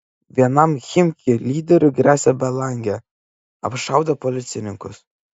vienam chimki lyderių gresia belangė apšaudė policininkus